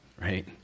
right